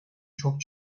çok